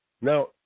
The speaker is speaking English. Now